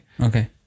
okay